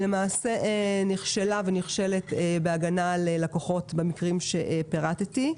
למעשה נכשלה ונכשלת בהגנה על לקוחות במקרים שפירטתי.